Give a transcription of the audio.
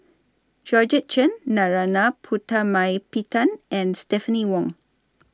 Georgette Chen Narana Putumaippittan and Stephanie Wong